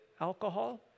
alcohol